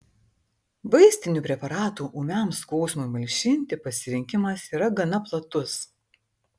vaistinių preparatų ūmiam skausmui malšinti pasirinkimas yra gana platus